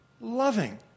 loving